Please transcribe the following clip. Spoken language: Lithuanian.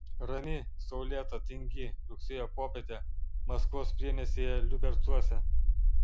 rami saulėta tingi rugsėjo popietė maskvos priemiestyje liubercuose